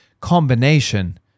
combination